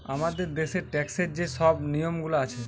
আমাদের দ্যাশের ট্যাক্সের যে শব নিয়মগুলা আছে